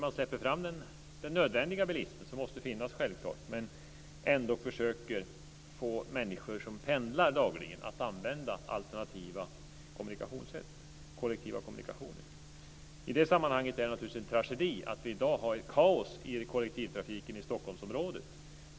Man släpper fram den nödvändiga bilismen, som självklart måste finnas, men man försöker få människor som dagligen pendlar att använda alternativa kommunikationssätt, kollektiva kommunikationer. I det sammanhanget är det naturligtvis en tragedi att vi i dag har ett kaos i kollektivtrafiken i Stockholmsområden.